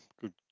good